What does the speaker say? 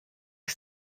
der